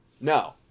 No